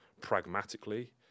pragmatically